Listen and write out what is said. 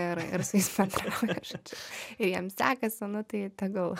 ir ir su jais bendrauja žodžiu ir jiems sekasi nu tai tegul